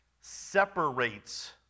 separates